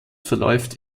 verläuft